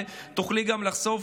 ותוכלי גם לחשוף,